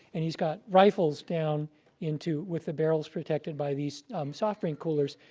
and he's got rifles down into with the barrels protected by these soft drink coolers.